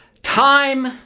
Time